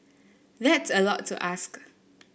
that's a lot to ask